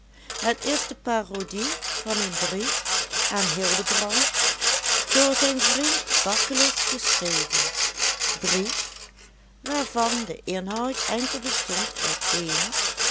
het is de parodie van een brief aan hildebrand door zijn vriend baculus geschreven brief waarvan de inhoud enkel bestond uit eene